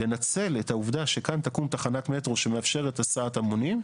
לנצל את העובדה שכאן תקום תחנת מטרו שמאפשרת הסעת המונים,